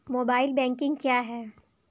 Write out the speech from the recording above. Mobile banking क्या है?